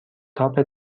تاپ